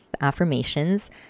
affirmations